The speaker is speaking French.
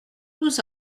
nous